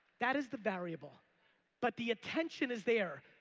that is the variable but the attention is there.